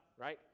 right